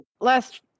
last